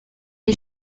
est